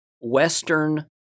Western